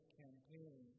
campaign